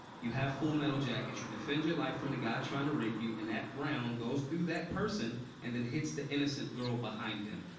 you have full metal jackets. you defend your life from the guy trying to rape you, and that round goes through that person and then hits the innocent girl behind him.